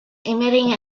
emitting